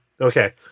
Okay